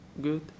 Good